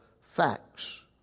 facts